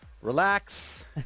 Relax